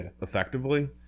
effectively